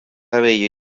avei